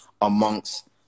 amongst